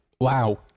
Wow